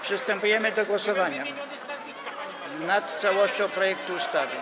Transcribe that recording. Przystępujemy do głosowania nad całością projektu ustawy.